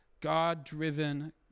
God-driven